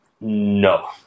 No